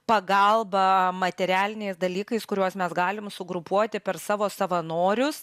pagalba materialiniais dalykais kuriuos mes galim sugrupuoti per savo savanorius